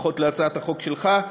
ברכות על הצעת החוק שלך.